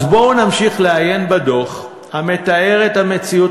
אז בואו נמשיך לעיין בדוח המתאר את המציאות